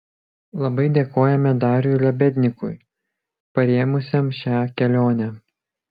labai dėkojame dariui lebednykui parėmusiam šią kelionę